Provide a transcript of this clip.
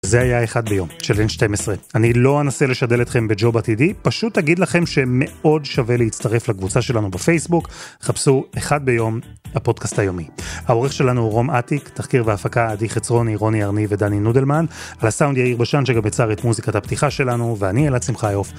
זה היה אחד ביום של N12. אני לא אנסה לשדל אתכם בג'וב עתידי, פשוט אגיד לכם שמאוד שווה להצטרף לקבוצה שלנו בפייסבוק, חפשו אחד ביום, הפודקאסט היומי. העורך שלנו רום אטיק, תחקיר והפקה עדי חצרוני, רוני הרניב, ודני נודלמן, על הסאונד יאיר בשן שגם יצר את מוזיקת הפתיחה שלנו, ואני אלעד שמחיוף